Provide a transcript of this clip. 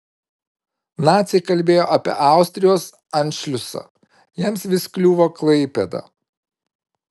naciai kalbėjo apie austrijos anšliusą jiems vis kliuvo klaipėda